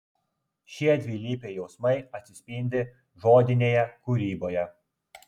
šie dvilypiai jausmai atsispindi žodinėje kūryboje